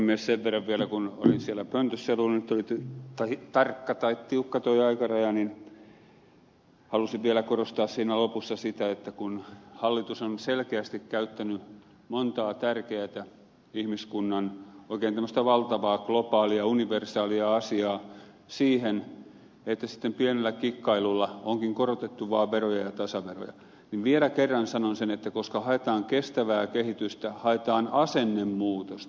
sen verran vielä kun olin siellä pöntössä ja oli niin tarkka tai tiukka tuo aikaraja että halusin vielä korostaa siinä lopussa sitä että kun hallitus on selkeästi käyttänyt ihmiskunnan montaa oikein tämmöistä tärkeätä valtavaa globaalia universaalia asiaa siihen että sitten pienellä kikkailulla onkin korotettu vaan veroja ja tasaveroja niin vielä kerran sanon sen että koska haetaan kestävää kehitystä haetaan asennemuutosta